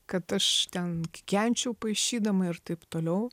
kad aš ten kikenčiau paišydama ir taip toliau